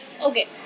Okay